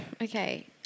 Okay